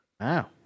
Wow